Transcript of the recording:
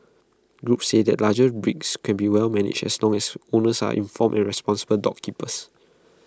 groups say that larger breeds can be well managed as long as owners are informed and responsible dog keepers